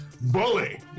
Bully